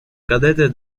cadete